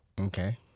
Okay